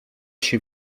się